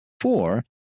Four